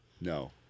no